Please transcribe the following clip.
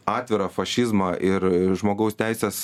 atvirą fašizmą ir žmogaus teises